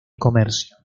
comercio